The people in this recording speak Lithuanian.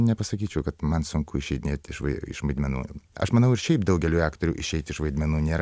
nepasakyčiau kad man sunku išeidinėt iš vai iš vaidmenų aš manau ir šiaip daugeliui aktorių išeit iš vaidmenų nėra